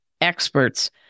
experts